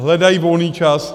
Hledají volný čas.